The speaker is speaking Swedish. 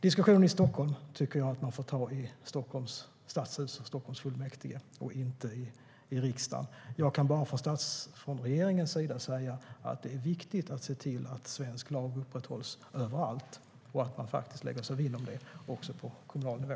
Diskussionen om hur det är i Stockholm tycker jag att man får ta i Stockholms stadshus, i Stockholms kommunfullmäktige, och inte i riksdagen. Jag kan bara från regeringens sida säga att det är viktigt att se till att svensk lag upprätthålls överallt och att man faktiskt lägger sig vinn om det också på kommunal nivå.